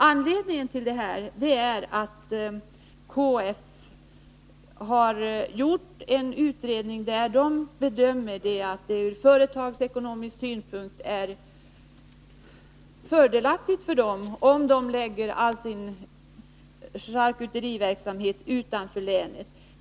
Anledningen till min fråga är att KF har gjort en utredning av vilken det framgår att det ur företagsekonomisk synpunkt är fördelaktigt, om hela dess charkuteriverksamhet förläggs utanför länet.